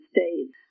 States